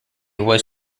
was